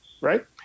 right